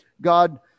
God